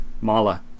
Mala